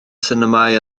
sinemâu